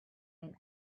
and